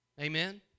Amen